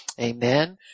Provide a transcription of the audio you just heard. amen